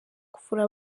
kuvura